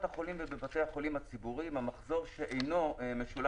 החולים ובבתי החולים הציבורים המחזור שאינו משולם